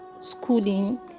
schooling